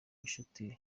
gicuti